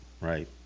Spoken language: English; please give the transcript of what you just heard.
Right